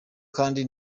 kandi